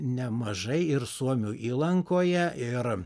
nemažai ir suomių įlankoje ir